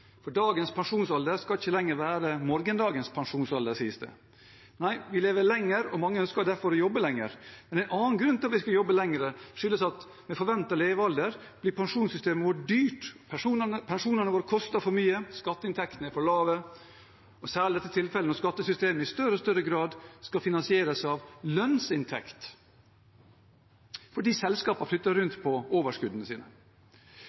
for dagens pensjonsalder skal ikke lenger være morgendagens pensjonsalder, sies det. Nei, vi lever lenger, og mange ønsker derfor å jobbe lenger. Men en annen grunn til at vi skal jobbe lenger, er at med lengre forventet levealder blir pensjonssystemet vårt dyrt – pensjonene våre koster for mye, skatteinntektene er for lave, og særlig er dette tilfellet når skattesystemet i større og større grad skal finansieres av lønnsinntekt fordi selskapene flytter rundt på overskuddene sine.